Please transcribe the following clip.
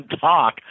talk